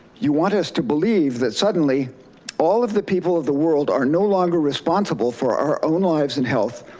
you want us to believe that suddenly all of the people of the world are no longer responsible for our own lives and health,